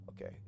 Okay